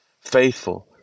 Faithful